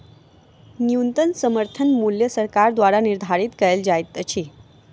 न्यूनतम समर्थन मूल्य सरकार द्वारा निधारित कयल जाइत अछि